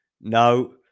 no